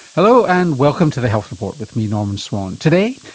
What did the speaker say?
hello and welcome to the health report with me, norman swan. today,